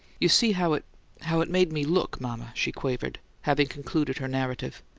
you see how it how it made me look, mama, she quavered, having concluded her narrative.